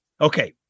okay